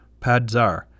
padzar